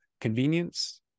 convenience